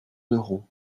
d’euros